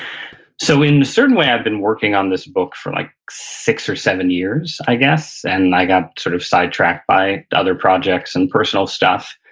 so in a certain way, i've been working on this book for like six or seven years, i guess, and i got sort of sidetracked by other projects and personal stuff,